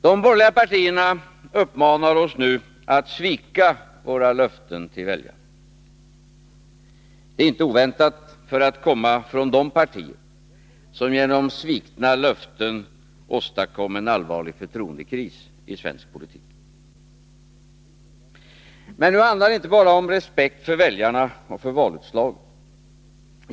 De borgerliga partierna uppmanar oss nu att svika våra löften till väljarna. Det är inte oväntat att det kommer från de partier som genom svikna löften åstadkommit en allvarlig förtroendekris i svensk politik. Men det handlar inte bara om respekt för väljarna och valutslaget.